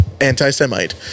anti-Semite